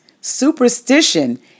superstition